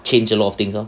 change a lot of things ah